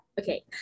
okay